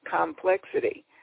complexity